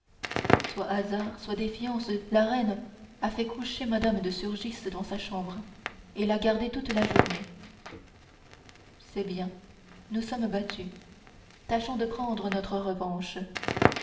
soit hasard soit défiance la reine a fait coucher mme de fargis dans sa chambre et l'a gardée toute la journée c'est bien nous sommes battus tâchons de prendre notre revanche